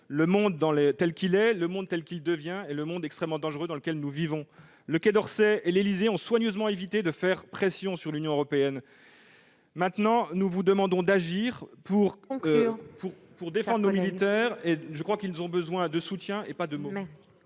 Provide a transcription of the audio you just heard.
le monde tel qu'il est, le monde tel qu'il devient et le monde extrêmement dangereux dans lequel nous vivons. Il faut conclure, mon cher collègue ! Le Quai d'Orsay et l'Élysée ont soigneusement évité de faire pression sur l'Union européenne. Maintenant, nous vous demandons d'agir pour défendre les militaires : ils ont besoin de soutien, pas de mots.